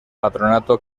patronato